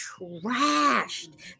trashed